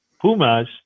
Pumas